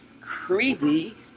creepy